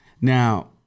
now